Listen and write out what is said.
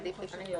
כן.